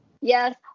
Yes